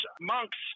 monks